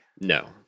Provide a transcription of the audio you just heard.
No